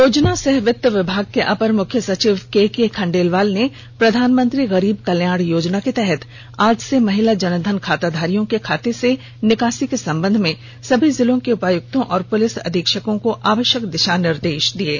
योजना सह वित्त विभाग के अपर मुख्य सचिव के के खंडेलवाल ने प्रधानमंत्री गरीब कल्याण योजना के तहत आज से महिला जन धन खाताधारियों के खाते से निकासी के संबंध में सभी जिलों के उपायुक्त और पुलिस अधीक्षकों को आवष्यक दिषा निर्देष दिए है